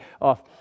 off